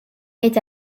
est